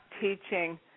teaching